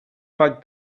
fact